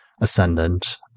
Ascendant